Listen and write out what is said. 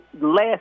last